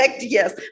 Yes